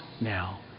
now